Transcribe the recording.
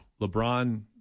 LeBron